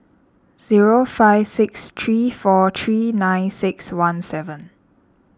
zero five six three four three nine six one seven